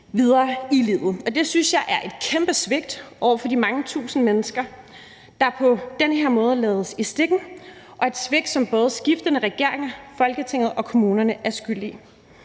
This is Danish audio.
videre i livet. Det synes jeg er et kæmpe svigt over for de mange tusind mennesker, der på den her måde lades i stikken, og det er et svigt, som både skiftende regeringer, Folketinget og kommunerne er skyld i.